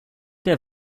der